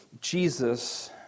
Jesus